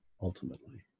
ultimately